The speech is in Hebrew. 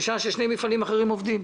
בשעה ששני מפעלים אחרים עובדים.